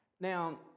Now